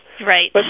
Right